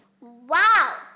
Wow